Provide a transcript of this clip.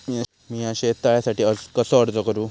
मीया शेत तळ्यासाठी कसो अर्ज करू?